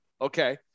okay